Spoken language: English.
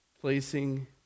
placing